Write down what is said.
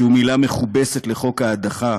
שהוא מילה מכובסת לחוק ההדחה,